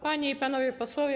Panie i Panowie Posłowie!